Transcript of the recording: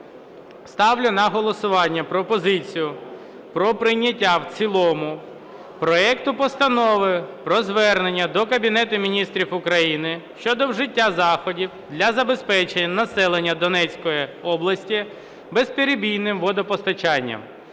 Ставлю на голосування пропозицію про прийняття в цілому проект Постанови про звернення до Кабінету Міністрів України щодо вжиття заходів для забезпечення населення Донецької області безперебійним водопостачанням